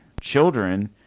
children